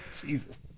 Jesus